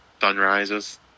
Sunrises